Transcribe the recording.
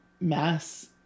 mass